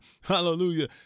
Hallelujah